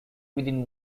within